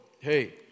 hey